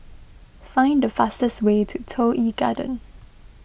find the fastest way to Toh Yi Garden